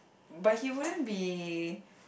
but he wouldn't be